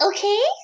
Okay